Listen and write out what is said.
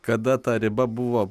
kada ta riba buvo